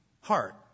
heart